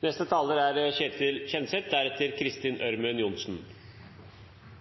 Saken vi behandler i dag, er